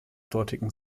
dortigen